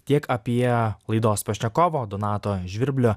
tiek apie laidos pašnekovo donato žvirblio